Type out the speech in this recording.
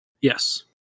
yes